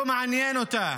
לא מעניין אותה.